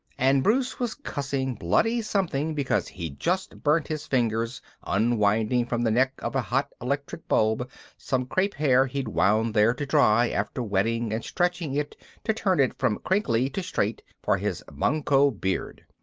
and bruce was cussing bloody-something because he'd just burnt his fingers unwinding from the neck of a hot electric bulb some crepe hair he'd wound there to dry after wetting and stretching it to turn it from crinkly to straight for his banquo beard.